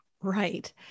Right